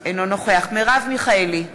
אינו נוכח מרב מיכאלי,